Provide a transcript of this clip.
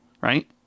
right